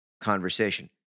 conversation